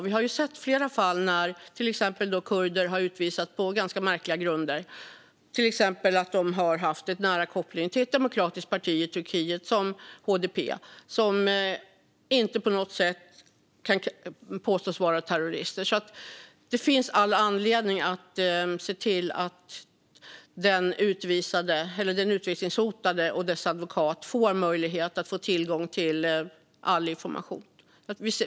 Vi har sett flera fall där till exempel kurder har utvisats på ganska märkliga grunder, till exempel att de har haft en nära koppling till ett demokratiskt parti i Turkiet, såsom HDP, som inte på något sätt kan påstås vara terrorister. Det finns alltså all anledning att se till att den utvisningshotade och den personens advokat får möjlighet att få tillgång till all information.